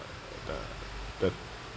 the the